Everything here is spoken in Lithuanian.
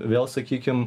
vėl sakykim